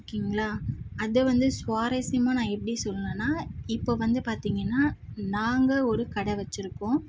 ஓகேங்களா அதை வந்து சுவாரசியமாக நான் எப்படி சொல்லணுன்னால் இப்போ வந்து பார்த்தீங்கன்னா நாங்கள் ஒரு கடை வெச்சுருக்கோம்